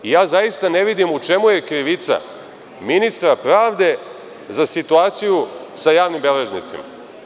Zaista ne vidim u čemu je krivica ministra pravde za situaciju sa javnim beležnicima.